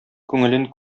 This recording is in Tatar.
күңелен